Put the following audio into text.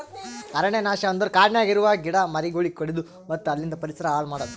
ಅರಣ್ಯ ನಾಶ ಅಂದುರ್ ಕಾಡನ್ಯಾಗ ಇರವು ಗಿಡ ಮರಗೊಳಿಗ್ ಕಡಿದು ಮತ್ತ ಅಲಿಂದ್ ಪರಿಸರ ಹಾಳ್ ಮಾಡದು